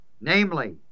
namely